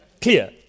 Clear